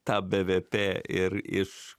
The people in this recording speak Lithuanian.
tą bvp ir iš